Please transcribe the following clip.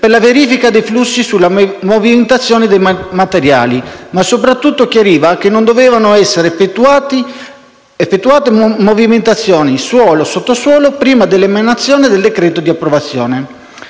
per la verifica dei flussi sulla movimentazione dei materiali, ma soprattutto chiariva che non dovevano essere effettuate movimentazioni suolo e sottosuolo prima dell'emanazione del decreto di approvazione.